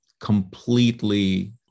completely